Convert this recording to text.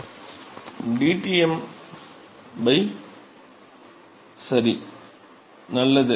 மாணவர் மாணவர் நல்லது